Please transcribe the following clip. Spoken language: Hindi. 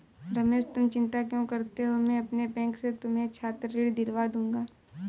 रमेश तुम चिंता क्यों करते हो मैं अपने बैंक से तुम्हें छात्र ऋण दिलवा दूंगा